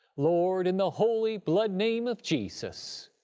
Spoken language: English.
lord, in the holy blood-name of jesus,